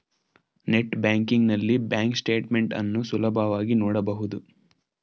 net banking ನಲ್ಲಿ bank statement ಅನ್ನು ಸುಲಭವಾಗಿ ನೋಡಬಹುದು